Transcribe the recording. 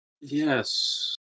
Yes